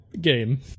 Game